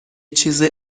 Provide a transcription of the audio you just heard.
چیز